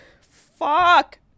Fuck